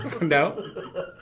No